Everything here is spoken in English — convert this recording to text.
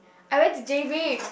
I went to j_b